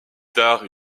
tard